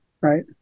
Right